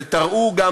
ותראו גם